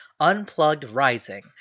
UnpluggedRising